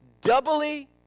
doubly